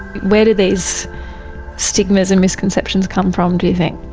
where do these stigmas and misconceptions come from, do you think?